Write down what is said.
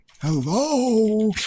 hello